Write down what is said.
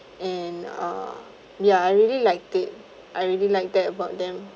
and uh ya I really like it I really like that about them